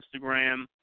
Instagram